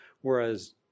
whereas